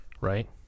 Right